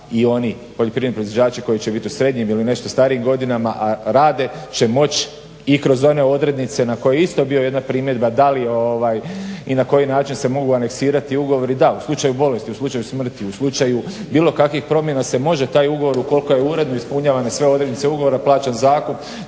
i oni poljoprivredni proizvođači koji će biti u srednjim ili u nešto starijim godinama, a rade će moć i kroz one odrednice na koje je isto bila jedna primjedba, da li i na koji način se mogu aneksirati ugovori, da u slučaju bolesti, u slučaju smrti, u slučaju bilo kakvih promjena se može taj ugovor u koliko je uredbi ispunjavam i sve odrednice ugovora plaća zakup,